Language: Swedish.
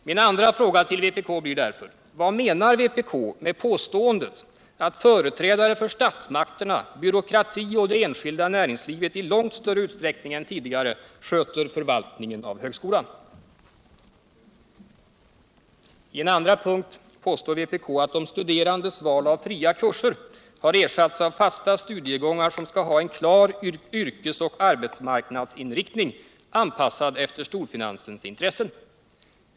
Min andra fråga till vpk blir: Vad menar vpk med påståendet att företrädare för statsmakterna, byråkratin och det enskilda näringslivet i långt större utsträckning än tidigare sköter själva förvaltningen av högskolan? I en andra punkt påstår vpk att de studerandes val av fria kurser har ersatts av fasta studiegångar, som skall ha en klar ”yrkes och arbetsmarknadsinriktning” anpassad efter storfinansens intressen.